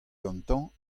gantañ